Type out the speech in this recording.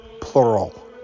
plural